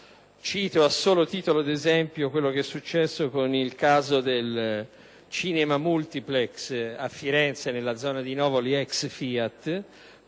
Cito, a solo titolo di esempio, quello che è successo con il caso del cinema multiplex a Firenze nella zona di Novoli, ex FIAT,